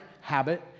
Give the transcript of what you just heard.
habit